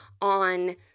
on